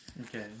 Okay